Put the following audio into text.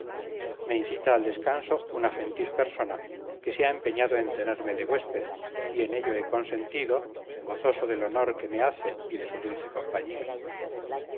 me incita al descanso una gentil persona que se ha empeñado en tenerme de huésped y en ello he consentido gozoso del honor que me hace y de su dulce compañía